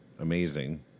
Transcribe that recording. amazing